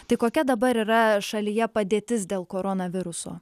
tai kokia dabar yra šalyje padėtis dėl koronaviruso